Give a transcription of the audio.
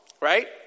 right